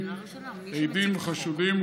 עדים וחשודים,